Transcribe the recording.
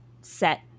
set